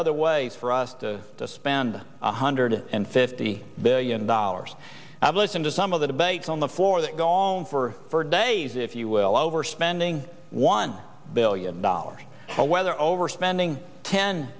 other ways for us to spend one hundred and fifty billion dollars i've listened to some of the debate on the floor that go on for four days if you will over spending one billion dollars whether over spending ten